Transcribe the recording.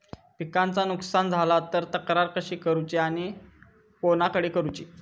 पिकाचा नुकसान झाला तर तक्रार कशी करूची आणि कोणाकडे करुची?